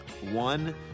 one